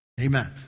amen